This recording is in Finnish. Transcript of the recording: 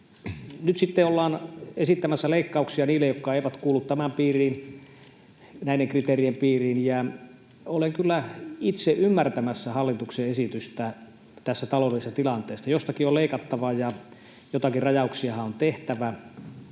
Nyt sitten ollaan esittämässä leikkauksia niille, jotka eivät kuulu näiden kriteerien piiriin. Olen kyllä itse ymmärtämässä hallituksen esitystä tässä taloudellisessa tilanteessa: jostakin on leikattava ja joitakin rajauksiahan on tehtävä.